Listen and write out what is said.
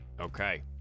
Okay